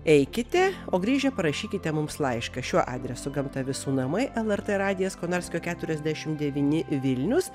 eikite o grįžę parašykite mums laišką šiuo adresu gamta visų namai lrt radijas konarskio keturiasdešim devyni vilnius